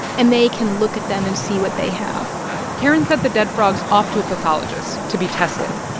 and they can look at them and see what they have karen sent the dead frogs off to a pathologist to be tested,